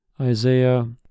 Isaiah